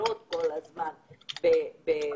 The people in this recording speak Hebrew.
שנסגרות כל הזמן בישראל.